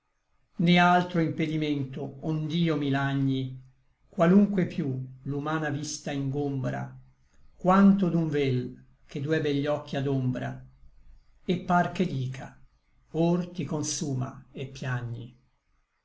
né altro impedimento ond'io mi lagni qualunque piú l'umana vista ingombra quanto d'un vel che due begli occhi adombra et par che dica or ti consuma et piagni